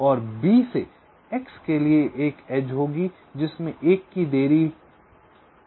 और b से x के लिए एक एज होगी जिसमें 1 की देरी है